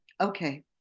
okay